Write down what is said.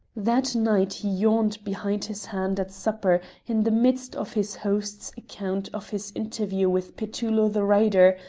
that night he yawned behind his hand at supper in the midst of his host's account of his interview with petullo the writer,